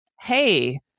hey